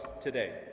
today